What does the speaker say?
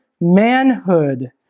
manhood